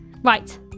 Right